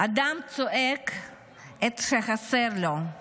"אדם צועק את שחסר לו /